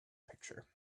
picture